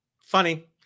funny